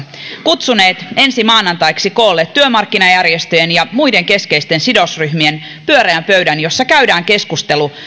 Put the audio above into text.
kutsuneet ensi maanantaiksi koolle työmarkkinajärjestöjen ja muiden keskeisten sidosryhmien pyöreän pöydän jossa käydään keskustelu